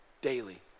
daily